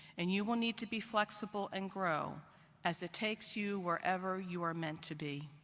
and you will need to be flexible and grow as it takes you wherever you were meant to be.